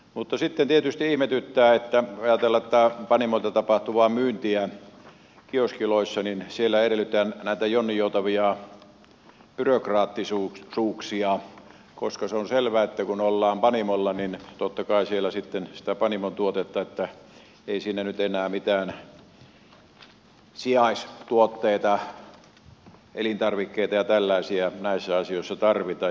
mutta sitten tietysti ihmetyttää kun ajatellaan panimoilta tapahtuvaa myyntiä kioskiloissa että siellä edellytetään näitä jonninjoutavia byrokraattisuuksia koska on selvää että kun ollaan panimolla niin totta kai siellä sitten myydään panimotuotetta eikä siinä nyt enää mitään sijaistuotteita elintarvikkeita ja tällaisia näissä asioissa tarvita